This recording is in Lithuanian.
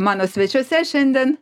mano svečiuose šiandien